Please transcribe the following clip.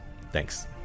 Thanks